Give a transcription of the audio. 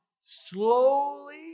slowly